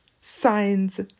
signs